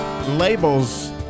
labels